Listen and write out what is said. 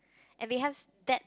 and behinds that